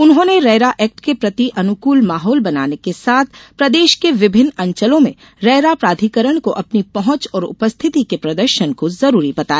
उन्होंने RERA act के प्रति अनुकूल माहौल बनाने के साथ प्रदेश के विभिन्न अंचलों में रेरा प्राधिकरण को अपनी पहुंच और उपस्थिति के प्रदर्शन को जरूरी बताया